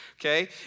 okay